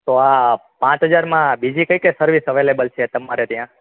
તો આ પાંચ હજારમાં બીજી કઈ કઈ સર્વિસ અવેલેબલ છે તમારે ત્યાં